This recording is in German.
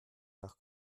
nach